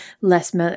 less